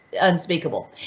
unspeakable